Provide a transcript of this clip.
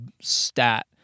stat